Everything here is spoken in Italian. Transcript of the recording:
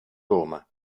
roma